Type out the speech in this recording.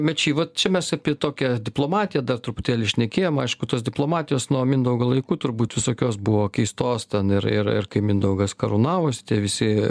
mečy va čia mes apie tokią diplomatiją dar truputėlį šnekėjom aišku tos diplomatijos nuo mindaugo laikų turbūt visokios buvo keistos ten ir ir ir kai mindaugas karūnavosi tie visi